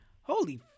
holy